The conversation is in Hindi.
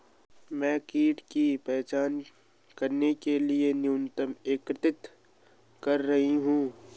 मैं कीट की पहचान करने के लिए नमूना एकत्रित कर रही हूँ